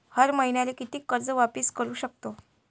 हर मईन्याले कितीक कर्ज वापिस करू सकतो?